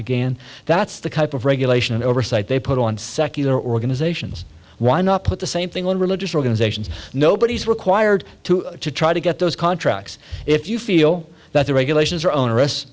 again that's the kind of regulation and oversight they put on secular organizations why not put the same thing on religious organizations nobody is required to try to get those contracts if you feel that the regulations are on